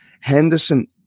Henderson